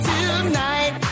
Tonight